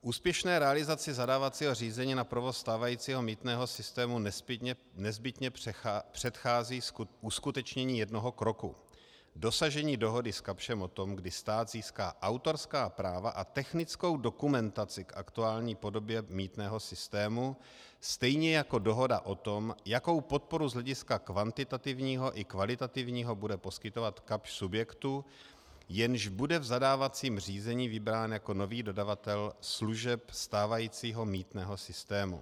Úspěšné realizaci zadávacího řízení na provoz stávajícího mýtného systému nezbytně předchází uskutečnění jednoho kroku: dosažení dohody s Kapschem o tom, kdy stát získá autorská práva a technickou dokumentaci k aktuální podobě mýtného systému, stejně jako dohoda o tom, jakou podporu z hlediska kvantitativního i kvalitativního bude poskytovat Kapsch subjektu, jenž bude v zadávacím řízení vybrán jako nový dodavatel služeb stávajícího mýtného systému.